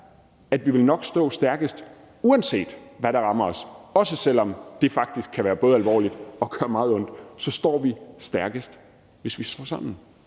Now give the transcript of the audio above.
at vi nok vil stå stærkest, uanset hvad der rammer os – også selv om det faktisk både kan være alvorligt og gøre meget ondt – hvis vi står sammen.